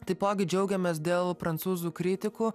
taipogi džiaugiamės dėl prancūzų kritikų